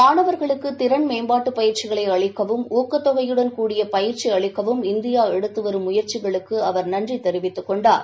மாணவர்களுக்கு திறன்மேம்பாட்டுப் பயிற்சிகளை அளிக்கவும் ஊக்கத் தொகையுடன் கூடிய பயிற்சி அளிக்கவும் இந்தியா எடுத்து வரும் முயற்சிகளுக்கு அவர் நன்றி தெரிவித்துக் கொண்டார்